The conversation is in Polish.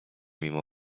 mimo